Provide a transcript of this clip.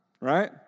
right